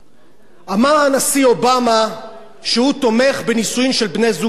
אמר הנשיא אובמה שהוא תומך בנישואים של בני-זוג מאותו מין.